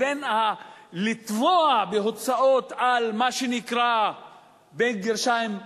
בין לטבוע בהוצאות על מה שנקרא "ביטחון",